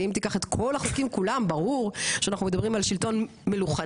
ואם תיקח את כל החוקים כולם ברור שאנחנו מדברים על שלטון מלוכני.